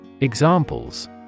Examples